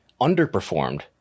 underperformed